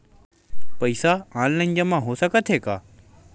पईसा ऑनलाइन जमा हो साकत हे का?